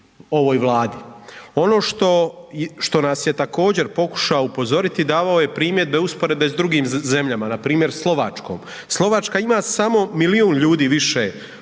ovaj Vladi. Ono što, što nas je također pokušao upozoriti davao je primjedbe usporedbe s drugim zemljama npr. Slovačkom. Slovačka ima samo milijun ljudi više od